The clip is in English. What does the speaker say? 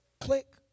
Click